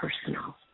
personal